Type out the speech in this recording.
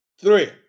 Three